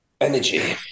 energy